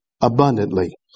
abundantly